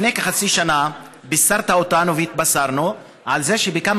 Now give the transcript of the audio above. לפני כחצי שנה בישרת לנו והתבשרנו שבכמה